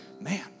man